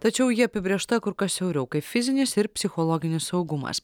tačiau ji apibrėžta kur kas siauriau kaip fizinis ir psichologinis saugumas